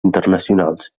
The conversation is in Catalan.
internacionals